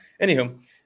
anywho